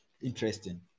interesting